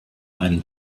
einen